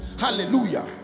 Hallelujah